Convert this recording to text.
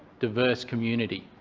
diverse community,